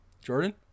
jordan